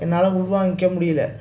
என்னால் உள்வாங்கிக்க முடியல